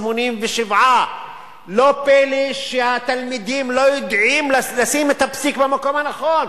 11,787. לא פלא שהתלמידים לא יודעים לשים את הפסיק במקום הנכון,